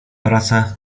praca